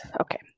Okay